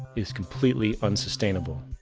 is completely unsustainable.